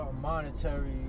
Monetary